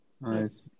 Nice